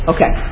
Okay